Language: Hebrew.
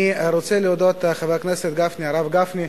אני רוצה להודות לחבר הכנסת הרב גפני,